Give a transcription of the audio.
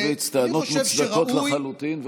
הכנסת הורוביץ, טענות מוצדקות לחלוטין.